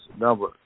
number